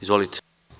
Izvolite.